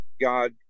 God